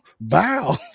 Bow